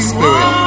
Spirit